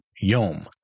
yom